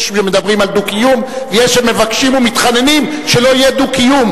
יש שמדברים על דו-קיום ויש שמבקשים ומתחננים שלא יהיה דו-קיום,